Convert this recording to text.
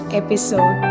episode